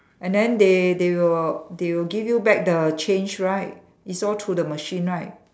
and then they they will they will give you back the change right it's all through the machine right